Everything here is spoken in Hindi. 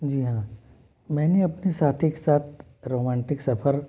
जी हाँ मैंने अपने साथी के साथ रोमांटिक सफर